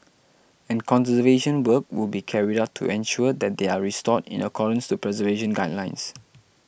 and conservation work will be carried out to ensure that they are restored in accordance to preservation guidelines